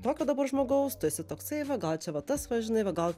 tokio dabar žmogaus tu esi toksai va gal čia va tas va žinai va gal